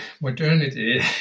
modernity